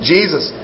Jesus